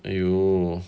!aiyo!